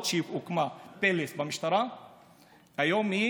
המדינה נכשלה עד עצם היום הזה בטיפול בנושא הזה.